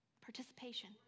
Participation